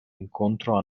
incontro